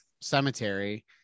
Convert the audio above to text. cemetery